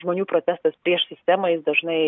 žmonių protestas prieš sistemą jis dažnai